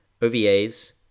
OVAs